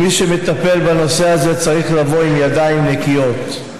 ומי שמטפל בנושא הזה צריך לבוא עם ידיים נקיות.